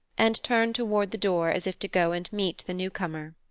and turned toward the door as if to go and meet the newcomer.